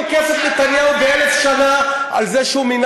תוקף את נתניהו באלף שנה על זה שהוא מינה